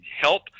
help